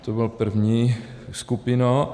To byla první skupina.